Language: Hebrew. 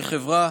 כחברה,